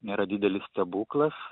nėra didelis stebuklas